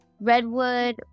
redwood